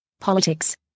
politics